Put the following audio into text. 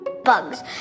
Bugs